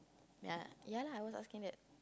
ya ya lah I was asking that